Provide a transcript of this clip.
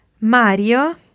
Mario